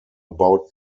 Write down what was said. about